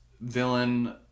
villain